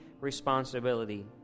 responsibility